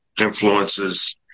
influences